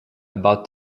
about